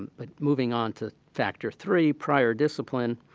but moving on to factor three, prior discipline,